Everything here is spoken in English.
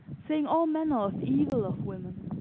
saying all manner of evil of women.